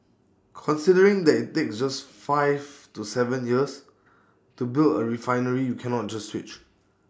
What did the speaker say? considering that IT takes five to Seven years to build A refinery you cannot just switch